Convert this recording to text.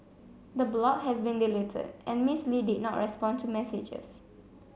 the blog has been deleted and Miss Lee did not respond to messages